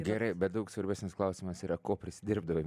gerai bet daug svarbesnis klausimas yra ko prisidirbdavai